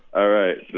all right.